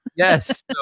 Yes